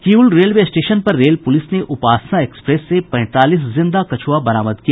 Kiul railway station पर rail police ने Upasana express से पैंतालीस जिंदा कछुआ बरामद किया